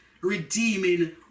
redeeming